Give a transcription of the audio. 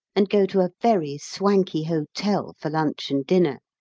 and go to a very swanky hotel for lunch and dinner.